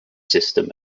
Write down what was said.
system